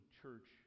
church